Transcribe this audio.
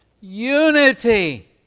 Unity